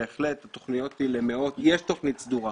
יש תוכנית סדורה